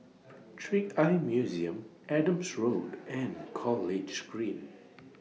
Trick Eye Museum Adam Drive and College Green